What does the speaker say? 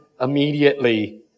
immediately